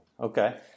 okay